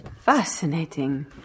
Fascinating